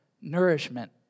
nourishment